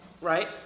right